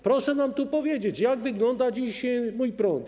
Proszę nam powiedzieć, jak wygląda dziś „Mój prąd”